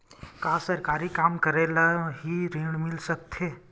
का सरकारी काम करने वाले ल हि ऋण मिल सकथे?